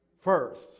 first